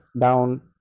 down